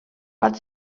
but